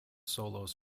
solos